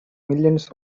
millions